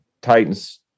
Titans